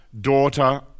daughter